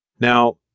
Now